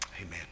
Amen